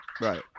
right